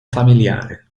familiare